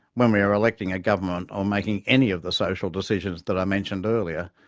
when we are electing a government, or making any of the social decisions that i mentioned earlier,